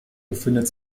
befindet